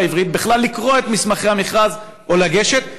העברית את האפשרות לקרוא בכלל את מסמכי המכרז או לגשת.